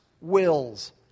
wills